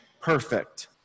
perfect